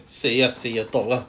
say ya say ya talk lah